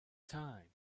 time